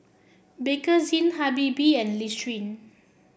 Bakerzin Habibie and Listerine